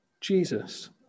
Jesus